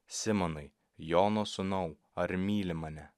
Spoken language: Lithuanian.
simonai jono sūnau ar myli mane